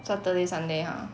saturday sunday !huh!